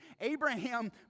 Abraham